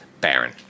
Baron